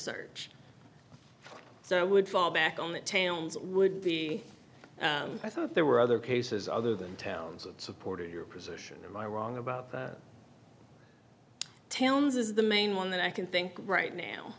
search so i would fall back on the town's would be i thought there were other cases other than towns that supported your position and i wrong about towns is the main one that i can think right now